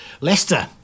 Leicester